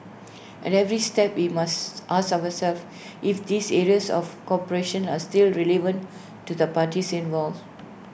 at every step we must ask ourselves if this areas of cooperation are still relevant to the parties involved